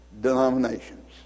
denominations